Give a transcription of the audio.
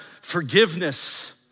forgiveness